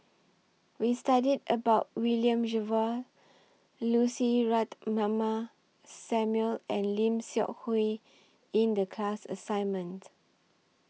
We studied about William Jervois Lucy Ratnammah Samuel and Lim Seok Hui in The class assignment